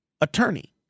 attorney